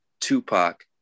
Tupac